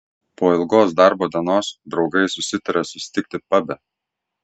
po ilgos darbo dienos draugai susitarė susitikti pabe